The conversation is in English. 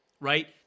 right